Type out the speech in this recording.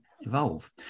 evolve